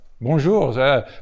Bonjour